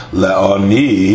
leoni